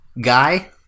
guy